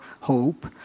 hope